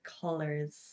colors